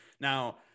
Now